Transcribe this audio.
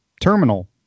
terminal